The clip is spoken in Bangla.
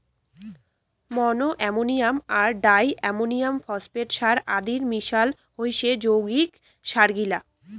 মনো অ্যামোনিয়াম আর ডাই অ্যামোনিয়াম ফসফেট সার আদির মিশাল হসে যৌগিক সারগিলা